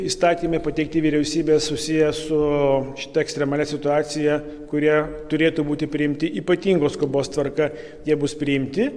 įstatymai pateikti vyriausybės susiję su šita ekstremalia situacija kurie turėtų būti priimti ypatingos skubos tvarka jie bus priimti